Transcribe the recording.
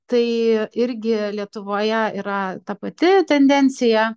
tai irgi lietuvoje yra ta pati tendencija